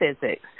physics